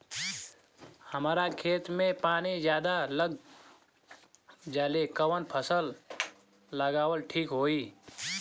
हमरा खेत में पानी ज्यादा लग जाले कवन फसल लगावल ठीक होई?